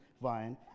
vine